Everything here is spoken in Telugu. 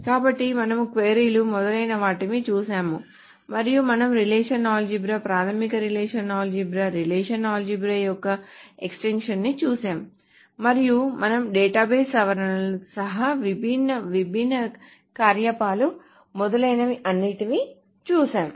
కాబట్టి మనము క్వరీలు మొదలైన వాటిని చూశాము మరియు మనము రిలేషనల్ ఆల్జీబ్రా ప్రాథమిక రిలేషనల్ ఆల్జీబ్రా రిలేషనల్ ఆల్జీబ్రా యొక్క ఎక్స్టెన్షన్ని చూశాము మరియు మనము డేటాబేస్ సవరణలతో సహా విభిన్న విభిన్న కార్యకలాపాలు మొదలైనవి అన్నింటినీ చూశాము